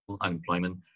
unemployment